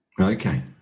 Okay